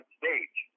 stage